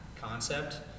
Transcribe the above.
concept